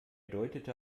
deutete